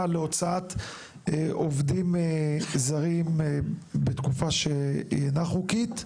להוצאת עובדים זרים בתקופה שאינה חוקית.